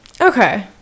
Okay